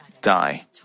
die